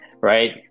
right